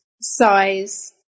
size